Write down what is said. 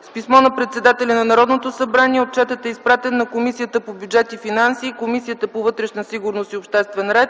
С писмо на председателя на Народното събрание отчетът е изпратен на Комисията по бюджет и финанси и Комисията по вътрешна сигурност и обществен ред.